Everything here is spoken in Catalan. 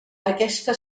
aquesta